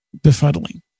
befuddling